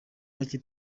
macye